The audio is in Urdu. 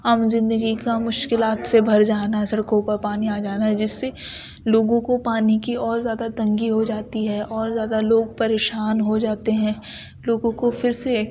عام زندگی کا مشکلات سے بھر جانا سڑکوں پر پانی آ جانا جس سے لوگوں کو پانی کی اور زیادہ تنگی ہو جاتی ہے اور زیادہ لوگ پریشان ہو جاتے ہیں لوگوں کو پھر سے